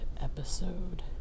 episode